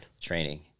training